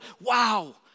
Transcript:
wow